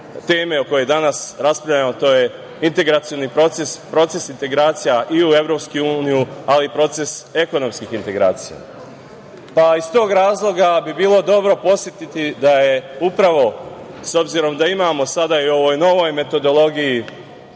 teme o kojoj danas raspravljamo, a to je integracioni proces, proces integracija i u EU, ali i proces ekonomskih integracija. Iz tog razloga bi bilo dobro podsetiti da su upravo, s obzirom da imamo sada ovu novu metodologiju